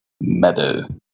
meadow